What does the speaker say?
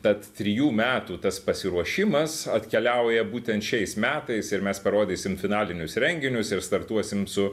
tad trijų metų tas pasiruošimas atkeliauja būtent šiais metais ir mes parodysim finalinius renginius ir startuosim su